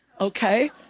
okay